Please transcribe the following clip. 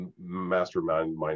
mastermind